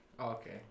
okay